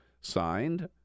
signed